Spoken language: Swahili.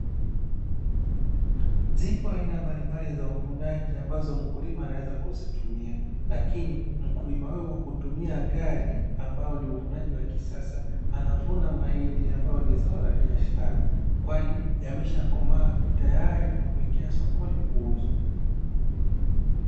Zipo aina mbalimbali za uvunaji ambazo mkulima anaweza kuzitumia, lakini mkulima huyu hutumia gari ambalo ni uvunaji wa kisasa anavuna mahindi ambayo ni zao la biashara. Kwani yameshakomaa tayari kwa kuingia sokoni kuuzwa.